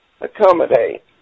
accommodate